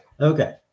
Okay